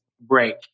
break